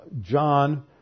John